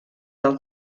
del